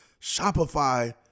Shopify